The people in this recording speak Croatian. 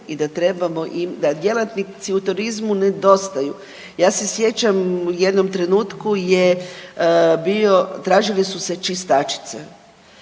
i da djelatnici u turizmu nedostaju. Ja se sjećam u jednom trenutku je bio, tražile su se čistačice.